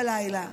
בלילה.